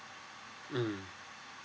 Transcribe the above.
mm